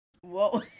Whoa